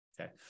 okay